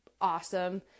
awesome